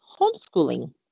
homeschooling